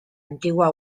antigua